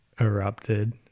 erupted